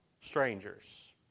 strangers